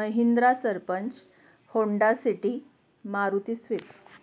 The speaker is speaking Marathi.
Mahindra Sarpanch Honda City Maruti Swift